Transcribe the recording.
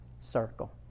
circle